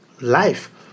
life